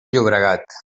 llobregat